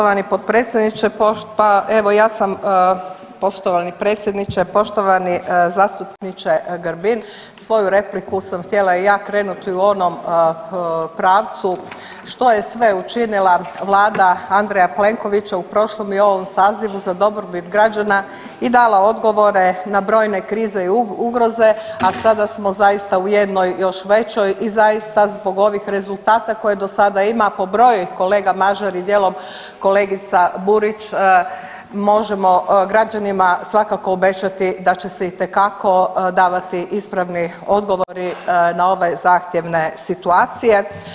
Hvala lijepa poštovani potpredsjedniče, pa evo ja sam, poštovani predsjedniče, poštovani zastupniče Grbin, svoju repliku sam htjela i ja krenuti u onom pravcu što je sve učinila Vlada Andreja Plenkovića u prošlom i ovom sazivu za dobrobit građana i dala odgovore na brojne krize i ugroze, a sada smo zaista u jednoj još većoj i zaista, zbog ovih rezultata koje do sada ima, po broji kolega Mažar i dijelom kolegica Burić možemo građanima svakako obećati da će itekako davati ispravni odgovori na ovaj zahtjevne situacije.